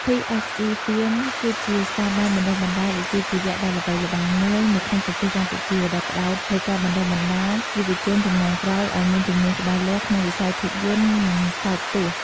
PSE ហ្វៀម គឺជាស្ថាប័នបណ្ដុះបណ្ដាលវិជ្ជាជីវៈដ៏ល្បីល្បាញមួយនៅក្នុងប្រទេសកម្ពុជា ដែលផ្ដោតលើការបណ្ដុះបណ្ដាលយុវជនជំនាន់ក្រោយឱ្យមានជំនាញច្បាស់លាស់ក្នុងវិស័យភាពយន្ត និងសោតទស្សន៍។